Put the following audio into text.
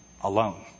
Alone